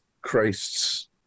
Christ's